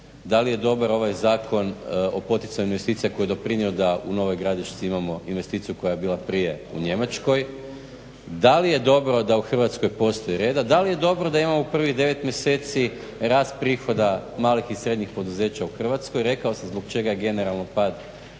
da li je dobar ovaj Zakon o poticanju investicija koji je doprinio da u Novoj gradišci imamo investiciju koja je bila prije u Njemačko. Da li je dobro da u Hrvatskoj postoji reda, da li je dobro da imamo u prvih 9 mjeseci rast prihoda malih i srednjih poduzeća u Hrvatskoj. Rekao sam zbog čega je generalno pad